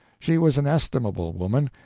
she was an estimable woman,